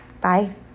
Bye